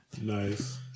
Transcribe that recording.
Nice